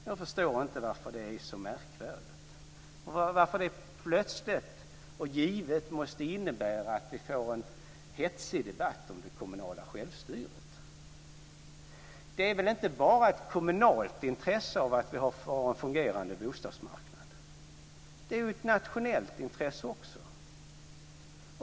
Jag förstår inte varför det är så märkvärdigt och varför det plötsligt och givet måste innebära att vi får en hetsig debatt om det kommunala självstyret. Det är väl inte bara ett kommunalt intresse att vi har en fungerande bostadsmarknad. Det är ju ett socialt intresse också.